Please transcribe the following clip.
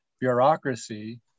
bureaucracy